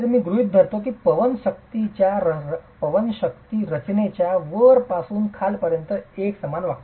मी गृहित धरतो की पवन शक्ती रचनेच्या वरपासून खालपर्यंत एकसमान वागतात